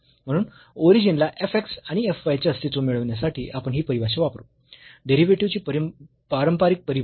म्हणून ओरिजिन ला f x आणि f y चे अस्तित्व मिळविण्यासाठी आपण ही परिभाषा वापरू डेरिव्हेटिव्हची पारंपरिक परिभाषा